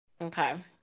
Okay